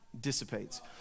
dissipates